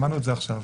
שמענו את זה עכשיו.